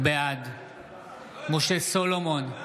בעד משה סולומון,